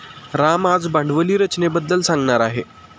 राम आज भांडवली रचनेबद्दल सांगणार आहे